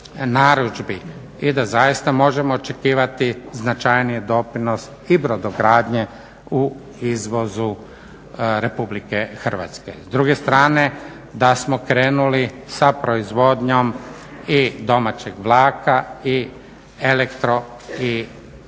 i da zaista možemo očekivati značajni doprinos i brodogradnje u izvozu RH. S druge strane da smo krenuli sa proizvodnjom i domaćeg vlaka i elektro i industrijom